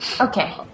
Okay